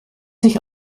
sich